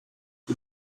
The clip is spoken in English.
did